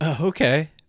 Okay